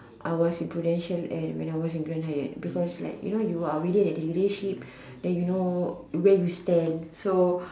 I was in Prudential and when I was in Grand-Hyatt because like you know you are already at the leadership then you know where you stand so